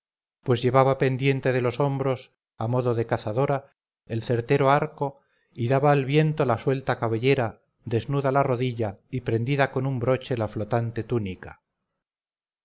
pues llevaba pendiente de los hombros a modo de cazadora el certero arco y daba al viento la suelta cabellera desnuda la rodilla y prendida con un broche la flotante túnica